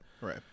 right